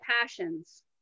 passions